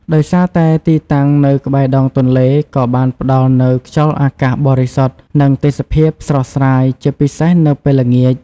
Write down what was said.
ដោយសារតែទីតាំងនៅក្បែរដងទន្លេ ក៏បានផ្ដល់នូវខ្យល់អាកាសបរិសុទ្ធ និងទេសភាពស្រស់ស្រាយ ជាពិសេសនៅពេលល្ងាច។